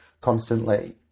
constantly